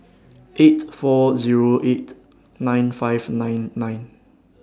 eight four Zero eight nine five nine nine